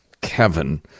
Kevin